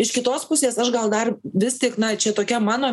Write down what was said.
iš kitos pusės aš gal dar vis tik na čia tokia mano